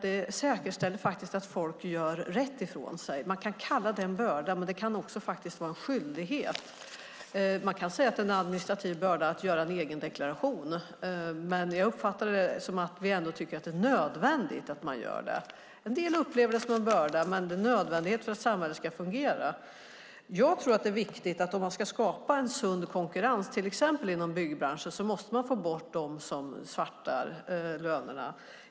Det säkerställer att människor gör rätt ifrån sig. Men kan kalla det en börda, men det kan också vara en skyldighet. Man kan säga att det är en administrativ börda att göra en egen deklaration. Men jag uppfattar det som att vi ändå tycker att det är nödvändigt att man gör det. En del upplever det som en börda. Men det är en nödvändighet för att samhället ska fungera. Det är viktigt att skapa en sund konkurrens. Till exempel inom byggbranschen måste man få bort de svarta lönerna.